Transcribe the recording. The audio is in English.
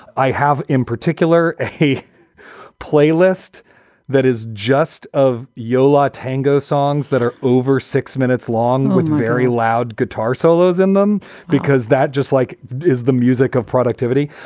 i have in particular a playlist that is just of yo la tengo songs that are over six minutes long with very loud guitar solos in them because that just like is the music of productivity.